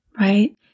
right